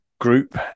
group